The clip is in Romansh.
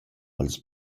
pels